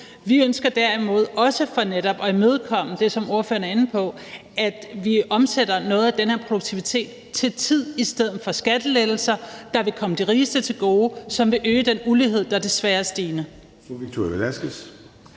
Vi ønsker derimod, også for netop at imødekomme det, som ordføreren er inde på, at vi omsætter noget af den her produktivitet til tid i stedet for skattelettelser, der vil komme de rigeste til gode, og som vil øge den ulighed, der desværre er